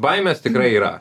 baimės tikrai yra